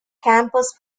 campus